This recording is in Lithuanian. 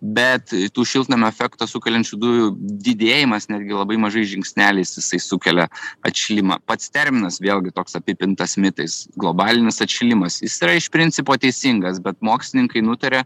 bet tų šiltnamio efektą sukeliančių dujų didėjimas netgi labai mažais žingsneliais jisai sukelia atšilimą pats terminas vėlgi toks apipintas mitais globalinis atšilimas jis yra iš principo teisingas bet mokslininkai nutaria